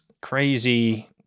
crazy